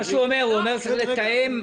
הוא אומר שצריך לתאם.